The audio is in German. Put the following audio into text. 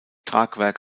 tragwerk